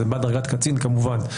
זה בעל דרגת קצין, כמובן.